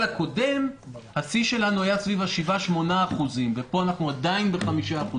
הקודם השיא שלנו היה סביב 7% 8% ופה אנחנו עדיין ב-5%.